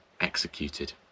executed